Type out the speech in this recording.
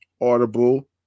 Audible